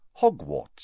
Hogwarts